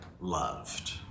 loved